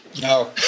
No